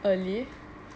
early